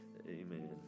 Amen